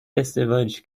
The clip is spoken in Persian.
ازدواج